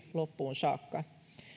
loppuun saakka